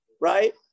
right